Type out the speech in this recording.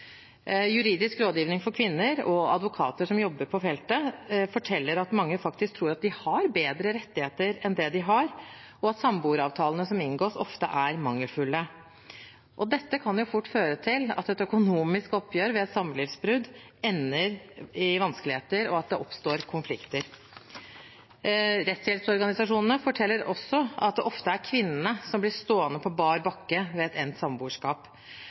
Juridisk rådgivning for kvinner og advokater som jobber på dette feltet, forteller at mange tror de har bedre rettigheter enn de har, og at samboeravtalene som inngås, ofte er mangelfulle. Dette kan fort føre til at et økonomisk oppgjør ved et samlivsbrudd ender i vanskeligheter, og at det oppstår konflikter. Rettshjelpsorganisasjonene forteller også at det ofte er kvinnene som blir stående på bar bakke ved endt samboerskap.